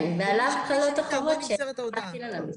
כן, ועליו חלות החובות שנטיל עליו.